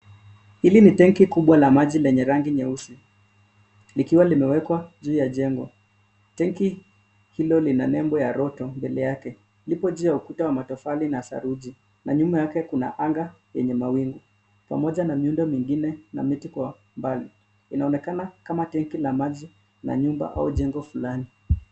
Hili ni tangi kubwa la maji lenye rangi nyeusi ,likiwa limewekwa juu ya jengo. Tangi hilo lina nebo ya Roto mbele yake. Liko juu ya ukuta ya matofali na saruji na nyuma yake kuna anga yenye mawingu pamoja na miundo mingine na miti kwa mbali. Inaonekana kama tangi la maji la nyumba au jengo fulani.